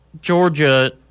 Georgia